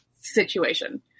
situation